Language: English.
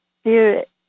spirit